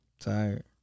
Tired